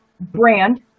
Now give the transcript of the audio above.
brand